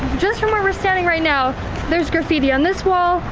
just from where we're standing right now there's graffiti on this wall,